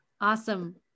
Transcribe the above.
Awesome